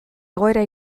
egoera